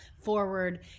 forward